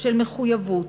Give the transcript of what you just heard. של מחויבות.